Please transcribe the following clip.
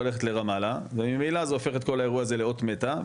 ללכת לרמאללה וממילא זה הופך את כל האירוע הזה לאות מתה.